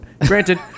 Granted